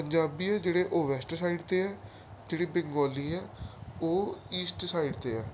ਪੰਜਾਬੀ ਹੈ ਜਿਹੜੇ ਉਹ ਵੈਸਟ ਸਾਈਡ 'ਤੇ ਹੈ ਜਿਹੜੇ ਬੰਗੋਲੀ ਹੈ ਉਹ ਈਸਟ ਸਾਈਡ 'ਤੇ ਹੈ